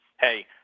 hey